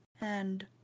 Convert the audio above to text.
and-